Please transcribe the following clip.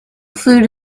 food